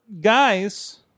guys